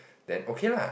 then okay lah